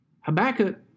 Habakkuk